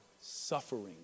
suffering